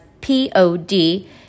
P-O-D